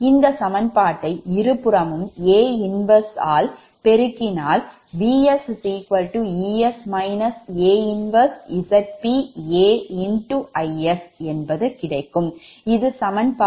இந்த சமன்பாட்டை இருபுறமும் A 1 னால் பெருக்கினால் Vs Es A 1ZpA Is நமக்கு கிடைப்பது 50ஆவது சமன்பாடு